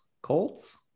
Colts